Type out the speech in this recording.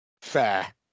fair